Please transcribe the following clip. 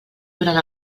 durant